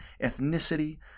ethnicity